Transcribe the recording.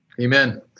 Amen